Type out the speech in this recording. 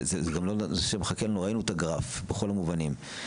זה גם לא, אין לנו את הגרף, בכל המובנים.